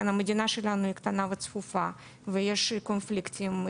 המדינה שלנו היא קטנה וצפופה ויש קונפליקטים,